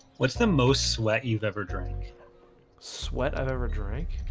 what's the most sweat you've ever drank sweat i've ever drank.